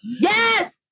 Yes